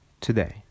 today